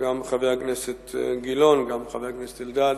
גם חבר הכנסת גילאון, גם חבר הכנסת אלדד,